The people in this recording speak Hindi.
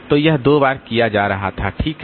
तो यह दो बार किया जा रहा था ठीक है